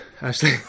Ashley